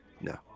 No